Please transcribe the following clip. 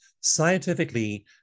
scientifically